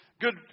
good